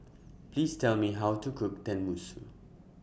Please Tell Me How to Cook Tenmusu